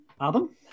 Adam